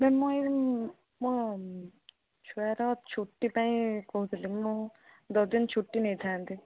ma'am ମୁଁ ଏଇ ମୋ ଛୁଆର ଛୁଟିପାଇଁ କହୁଥିଲି ମୁଁ ଦଶ ଦିନ ଛୁଟି ନେଇଥାନ୍ତି